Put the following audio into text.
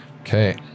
Okay